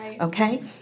Okay